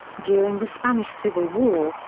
during the spanish civil war,